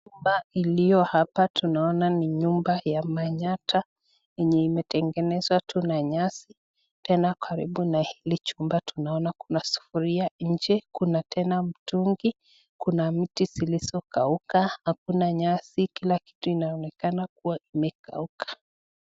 Nyumba iliyo hapa tunaona ni nyumba ya manyatta yenye imetengenezwa tu na nyasi. Tena karibu na hili chumba tunaona kuna sufuria nje. Kuna tena mtungi. Kuna miti zilizokauka. Hakuna nyasi. Kila kitu inaonekana kuwa imekauka.